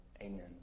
Amen